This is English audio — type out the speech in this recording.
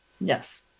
Yes